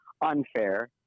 unfair